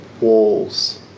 walls